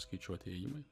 skaičiuoti ėjimai